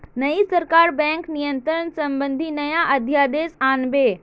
नई सरकार बैंक नियंत्रण संबंधी नया अध्यादेश आन बे